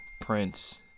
Prince